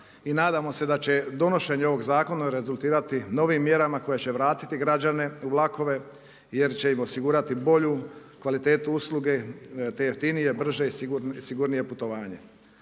nadamo se da će donošenje ovog zakona rezultirati novim mjerama koje će vratiti građane u vlakove, jer će im osigurati bolju kvalitetu usluge te jeftinije, brže i sigurnije putovanje.